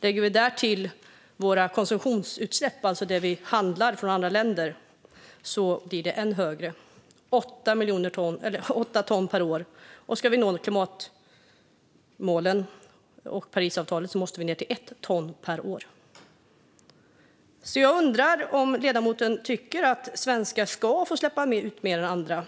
Lägger vi därtill våra konsumtionsutsläpp, alltså det som vi handlar från andra länder, blir det ännu högre - 8 ton per år. Ska vi nå klimatmålen och Parisavtalet måste vi ned till 1 ton per år. Jag undrar därför om ledamoten tycker att svenskar ska få släppa ut mer än andra,